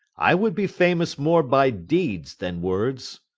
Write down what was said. i would be famous more by deeds than words.